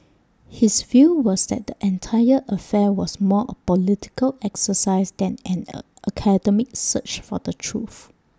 his view was that the entire affair was more A political exercise than an A academic search for the truth